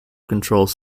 controls